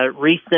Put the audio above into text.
recent